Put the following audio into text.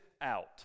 out